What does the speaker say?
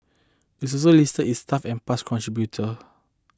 it's also listed its staff and past contributor